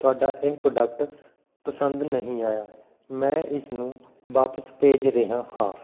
ਤੁਹਾਡਾ ਇਹ ਪ੍ਰੋਡਕਟ ਪਸੰਦ ਨਹੀਂ ਆਇਆ ਮੈਂ ਇਸ ਨੂੰ ਵਾਪਸ ਭੇਜ ਰਿਹਾ ਹਾਂ